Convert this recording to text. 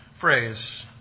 phrase